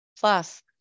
plus